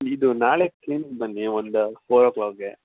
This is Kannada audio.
ಇದು ನಾಳೆ ಕ್ಲೀನಿಕ್ ಬನ್ನಿ ಒಂದು ಫೋರ್ ಓ ಕ್ಲಾಕ್ಗೆ